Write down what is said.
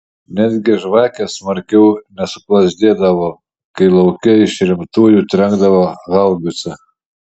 netgi žvakės smarkiau nesuplazdėdavo kai lauke iš rimtųjų trenkdavo haubica